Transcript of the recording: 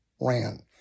ran